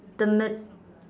the mid